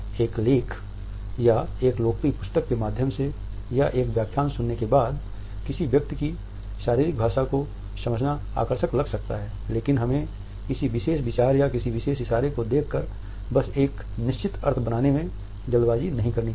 एक लेख या एक लोकप्रिय पुस्तक के माध्यम से या एक व्याख्यान सुनने के बाद किसी व्यक्ति की शारीरिक भाषा को समझना आकर्षक लग सकता है लेकिन हमें किसी विशेष विचार या किसी विशेष इशारे को देखकर बस एक निश्चित अर्थ बनाने में जल्दबाजी नहीं करनी चाहिए